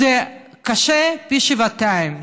זה קשה שבעתיים,